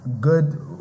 good